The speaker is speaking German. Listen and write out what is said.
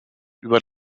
über